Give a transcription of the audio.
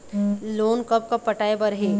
Loan कब कब पटाए बर हे?